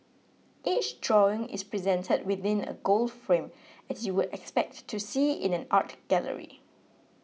each drawing is presented within a gold frame as you would expect to see in an art gallery